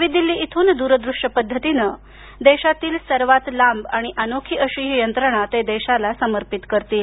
नवी दिल्ली इथून दूरदृश्य पद्धतीने देशातील सर्वात लांब आणि अनोखी अशी ही यंत्रणा ते देशाला समर्पित करतील